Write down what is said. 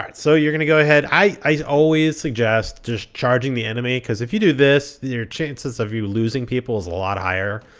um so you're going to go ahead. i always suggest just charging the enemy because if you do this, your chances of you losing people is a lot higher.